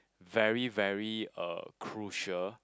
very very uh crucial